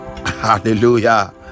hallelujah